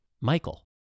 Michael